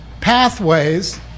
pathways